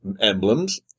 Emblems